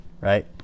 right